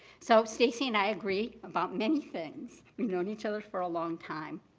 so stacey and i agree about many things. we've known each other for a long time.